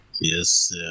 Yes